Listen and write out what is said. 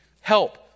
help